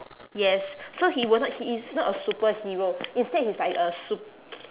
yes so he will not he is not a superhero instead he's like a sup~